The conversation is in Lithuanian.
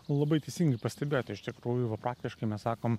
labai teisingai pastebėjote iš tikrųjų va praktiškai mes sakom